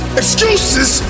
excuses